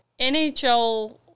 NHL